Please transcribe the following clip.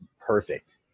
perfect